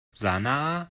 sanaa